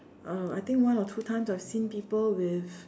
uh I think one or two times I've seen people with